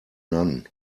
none